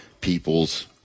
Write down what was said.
people's